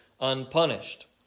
unpunished